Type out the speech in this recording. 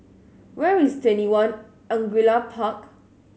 where is TwentyOne Angullia Park